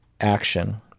action